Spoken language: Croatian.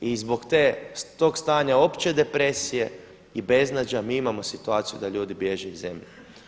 I zbog tog stanja opće depresije i beznađa mi imamo situaciju da ljudi bježe iz zemlje.